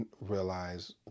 realize